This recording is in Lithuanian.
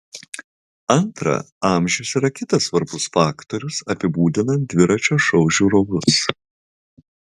antra amžius yra kitas svarbus faktorius apibūdinant dviračio šou žiūrovus